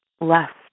left